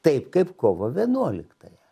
taip kaip kovo vienuoliktąją